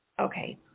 Okay